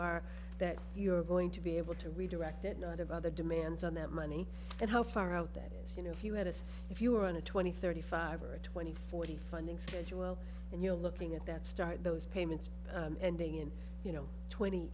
are that you're going to be able to redirect it not have other demands on that money and how far out that is you know if you had as if you were in a twenty thirty five or a twenty forty funding stage well and you're looking at that start those payments and ending in you know twenty